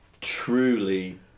truly